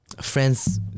friends